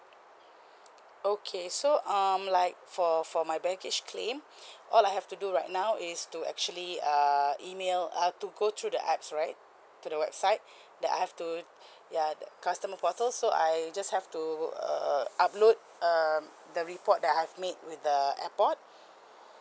okay so um like for for my baggage claim all I have to do right now is to actually err email uh to go through the apps right to the website that I have to ya the customer portal so I just have to uh upload um the report that I've made with the airport